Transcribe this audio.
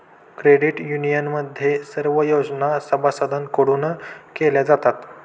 credit युनियनमध्ये सर्व योजना सभासदांकडून केल्या जातात